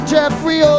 Jeffrey